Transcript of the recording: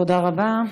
תודה רבה.